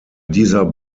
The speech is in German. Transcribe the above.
dieser